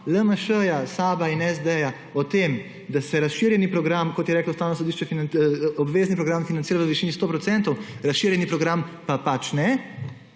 LMŠ, SAB in SD o tem, da se razširjeni program, kot je reklo Ustavno sodišče, obvezni program financira v višini 100 %, razširjeni pa pač ne,